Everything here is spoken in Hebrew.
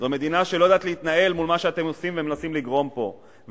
זו מדינה שלא יודעת להתנהל מול מה שאתם עושים ומנסים לגרום פה.